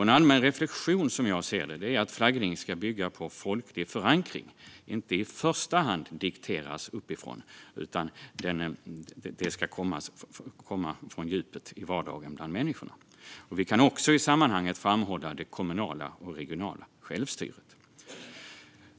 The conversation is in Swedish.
En allmän reflektion, som jag ser det, är att flaggning ska bygga på folklig förankring och inte i första hand dikteras uppifrån. Det ska komma från djupet, i vardagen bland människorna. Vi kan också i sammanhanget framhålla det kommunala och regionala självstyret.